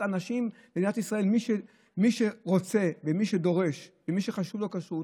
במדינת ישראל מי שרוצה ומי שדורש ומי שחשובה לו כשרות,